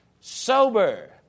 sober